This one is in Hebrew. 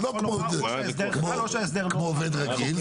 זה לא כמו עובד רגיל,